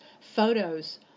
photos